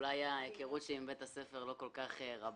אולי ההיכרות שלי עם בית הספר לא כל כך רבה,